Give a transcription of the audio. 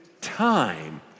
time